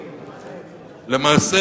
למעשה,